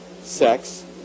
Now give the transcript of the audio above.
sex